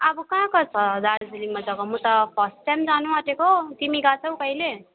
अब कहाँ कहाँ छ दार्जिलिङमा जग्गा म त फर्स्ट टाइम जानु आँटेको तिमी गएकाछौ कहिल्यै